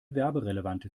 werberelevante